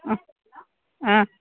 ആ ആ